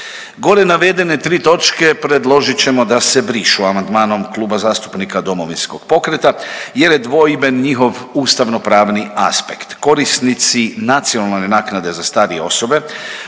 Gore navedene tri točke predložit ćemo da se brišu amandmanom Kluba zastupnika Domovinskog pokreta jer je dvojben njihov ustavnopravni aspekt. Korisnici nacionalne naknade za starije osobe